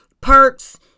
perks